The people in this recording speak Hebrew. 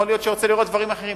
יכול להיות שרוצה לראות דברים אחרים.